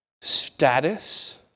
status